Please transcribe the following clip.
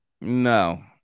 No